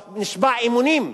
נשבע אמונים,